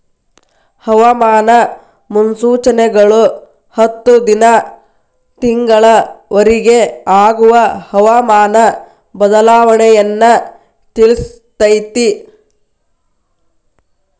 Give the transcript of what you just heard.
ಹವಾಮಾನ ಮುನ್ಸೂಚನೆಗಳು ಹತ್ತು ದಿನಾ ತಿಂಗಳ ವರಿಗೆ ಆಗುವ ಹವಾಮಾನ ಬದಲಾವಣೆಯನ್ನಾ ತಿಳ್ಸಿತೈತಿ